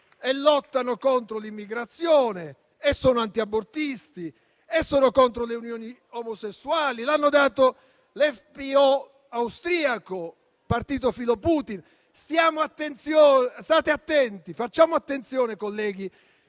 lottano contro l'immigrazione e sono antiabortisti e contro le unioni omosessuali; lo hanno dato l'FPO austriaco, partito filo-Putin. State attenti, colleghi